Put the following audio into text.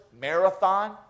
marathon